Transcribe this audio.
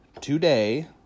today